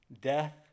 death